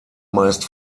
meist